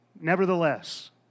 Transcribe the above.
Nevertheless